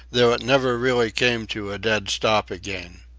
though it never really came to a dead stop again.